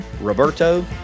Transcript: Roberto